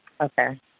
Okay